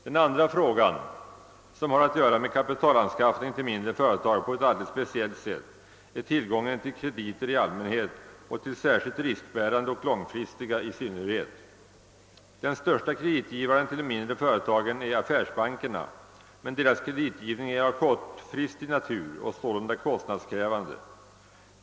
Den andra frågan, som har att göra med kapitalanskaffningen till mindre företag på ett alldeles speciellt sätt, är tillgången till krediter i allmänhet och till särskilt riskbärande och långfristiga krediter i synnerhet. Den största kreditgivaren till de mindre företagen är affärsbankerna, men deras kreditgivning är av kortfristig natur och sålunda kostnadskrävande.